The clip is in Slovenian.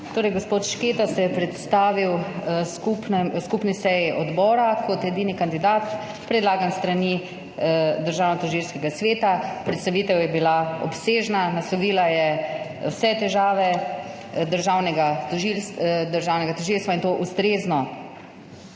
lepa. Gospod Šketa se je predstavil na skupni seji odborov kot edini kandidat, predlagan s strani Državnotožilskega sveta. Predstavitev je bila obsežna. Naslovila je vse težave državnega tožilstva, in to ustrezno.